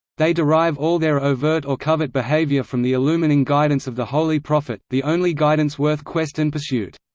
they derive all their overt or covert behaviour from the illumining guidance of the holy prophet, the only guidance worth quest and pursuit.